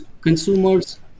consumers